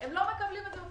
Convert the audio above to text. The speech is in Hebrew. הם לא מקבלים את זה.